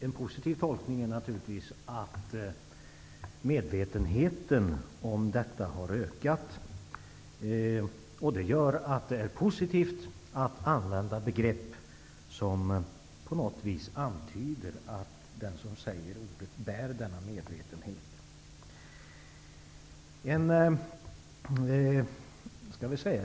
En positiv tolkning är naturligtvis att medvetenheten har ökat och att det gör att det är positivt att använda begrepp som på något vis antyder att den som säger ordet bär denna medvetenhet.